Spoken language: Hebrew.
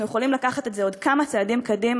ואנחנו יכולים לקחת את זה עוד כמה צעדים קדימה